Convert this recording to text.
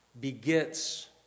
begets